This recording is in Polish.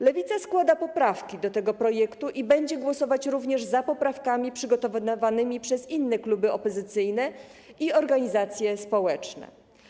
Lewica składa poprawki do tego projektu i będzie głosować również za poprawkami przygotowanymi przez inne kluby opozycyjne i organizacje społeczne.